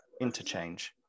interchange